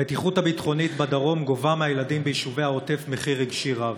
המתיחות הביטחונית בדרום גובה מהילדים ביישובי העוטף מחיר רגשי גבוה.